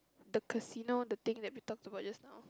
the casino the thing that we talked about just now